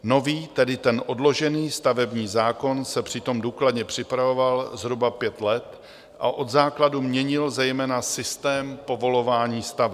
Nový, tedy ten odložený stavební zákon se přitom důkladně připravoval zhruba pět let a od základu měnil zejména systém povolování staveb.